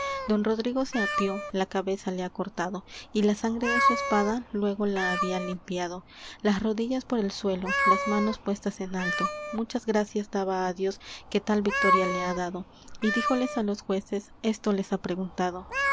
don rodrigo se apeó la cabeza le ha cortado y la sangre de su espada luégo la había limpiado las rodillas por el suelo las manos puestas en alto muchas gracias daba á dios que tal victoria le ha dado y díjoles á los jueces esto les ha preguntado